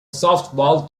softball